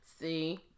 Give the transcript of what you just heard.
See